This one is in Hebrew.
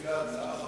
לפי ההצעה,